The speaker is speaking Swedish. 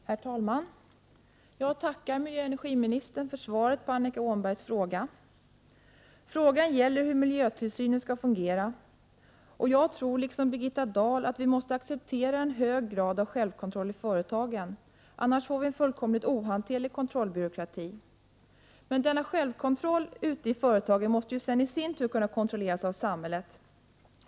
Herr talman! Jag tackar miljöoch energiministern för svaret på Annika Åhnbergs fråga. Frågan gäller hur miljötillsynen skall fungera. Jag tror, liksom Birgitta Dahl, att vi måste acceptera en hög grad av självkontroll i företagen, annars får vi en fullkomligt ohanterlig kontrollbyråkrati. Men denna självkontroll ute på företagen måste ju sedan i sin tur kunna kontrolleras av samhället.